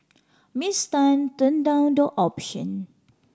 Miss Tan turned down the option